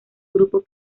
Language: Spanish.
grupo